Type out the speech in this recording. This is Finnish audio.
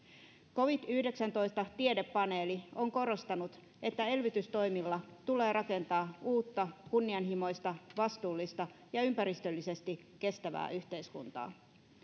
covid yhdeksäntoista tiedepaneeli on korostanut että elvytystoimilla tulee rakentaa uutta kunnianhimoista vastuullista ja ympäristöllisesti kestävää yhteiskuntaa